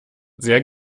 sehr